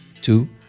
Two